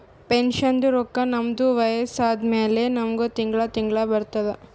ಪೆನ್ಷನ್ದು ರೊಕ್ಕಾ ನಮ್ದು ವಯಸ್ಸ ಆದಮ್ಯಾಲ ನಮುಗ ತಿಂಗಳಾ ತಿಂಗಳಾ ಬರ್ತುದ್